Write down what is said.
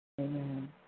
Amen